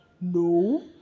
No